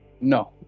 no